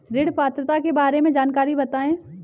ऋण पात्रता के बारे में जानकारी बताएँ?